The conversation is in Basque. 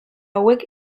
hauek